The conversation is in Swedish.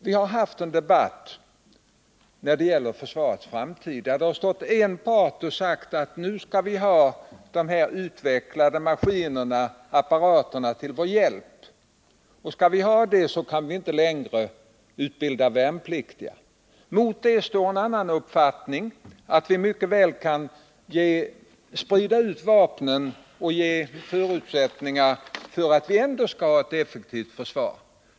Vi har haft en debatt när det gäller försvarets framtid, där en part har sagt att vi måste ha mycket utvecklade och dyra krigsapparater till vår hjälp och att vi då inte längre kan utbilda värnpliktiga. Mot detta står en annan uppfattning, nämligen den att vi mycket väl kan sprida ut vapnen och skapa förutsättningar för att ändå ha ett effektivt försvar.